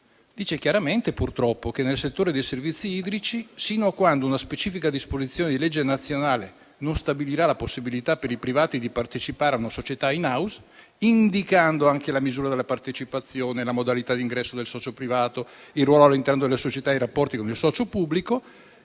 dice chiaramente - purtroppo - che, nel settore dei servizi idrici, sino a quando la specifica disposizione di una legge nazionale non stabilirà la possibilità per i privati di partecipare a una società *in house*, indicando anche la misura della partecipazione e la modalità di ingresso del socio privato, nonché il ruolo all'interno della società e i rapporti con il socio pubblico,